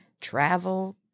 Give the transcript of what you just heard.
travel